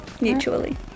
Mutually